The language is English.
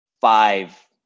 five